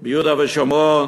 ביהודה ושומרון